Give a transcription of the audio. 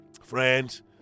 Friends